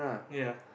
ya